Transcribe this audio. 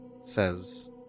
says